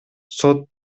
сот